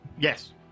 Yes